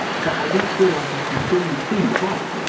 but i don't feel like i can truly see the bike.